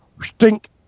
stink